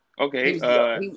Okay